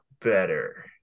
better